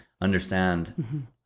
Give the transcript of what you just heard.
understand